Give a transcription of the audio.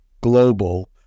Global